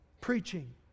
Preaching